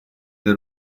del